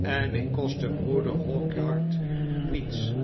en ik kostte broeder hawkyard niets